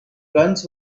guns